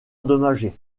endommagé